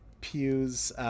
pews